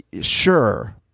sure